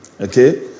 Okay